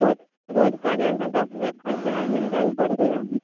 रोज रोज का जाना दस हजार खर्चा है महंगाई बढ़ गया है